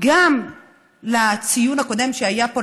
גם לציון היום הקודם שהיה פה,